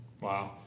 Wow